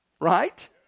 Right